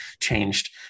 changed